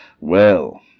Well